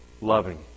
loving